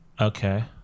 Okay